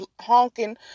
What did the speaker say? honking